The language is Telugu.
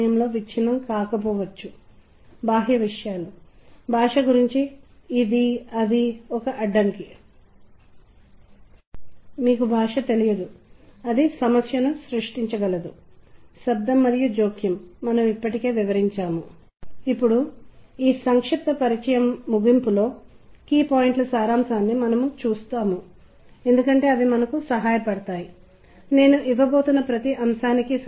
మరియు ఇవి వివిధ ఆసక్తికరమైన తాత్పర్యంలను కలిగి ఉంటాయి ఎందుకంటే మనం వాటిని మన ప్రదర్శన సందర్భానికి మరియు సంగీతం ఉన్నతీకరించడానికి గ్రహణశక్తికి మంచి వ్యక్తపరచే ప్రభావాన్ని పెంచడానికి అలాగే వ్యక్తులను మార్చగల వివిధ వాతావరణాలకు వర్తింపజేయడానికి ప్రయత్నిస్తాము